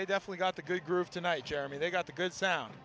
they definitely got the good groove tonight jeremy they got the good sound